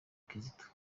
kizito